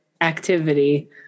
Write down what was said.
activity